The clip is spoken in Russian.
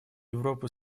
европы